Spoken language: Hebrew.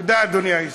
תודה, אדוני היושב-ראש.